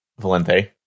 Valente